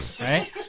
right